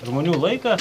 žmonių laiką